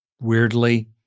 Weirdly